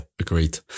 agreed